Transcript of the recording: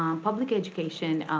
um public education,